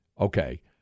Okay